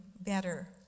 better